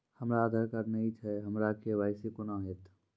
हमरा आधार कार्ड नई छै हमर के.वाई.सी कोना हैत?